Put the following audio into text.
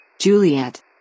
Juliet